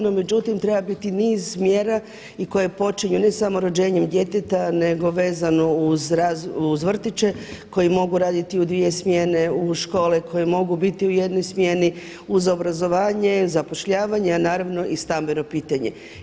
No međutim, treba biti niz mjera i koje počinju ne samo rođenjem djeteta, nego vezano uz vrtiće koji mogu raditi u dvije smjene, u škole koje mogu biti u jednoj smjeni uz obrazovanje, zapošljavanje, a naravno i stambeno pitanje.